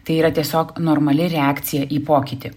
tai yra tiesiog normali reakcija į pokytį